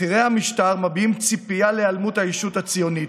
בכירי המשטר מביעים ציפייה להיעלמות הישות הציונית,